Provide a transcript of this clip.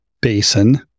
basin